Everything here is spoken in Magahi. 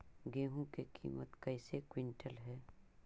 गेहू के किमत कैसे क्विंटल है?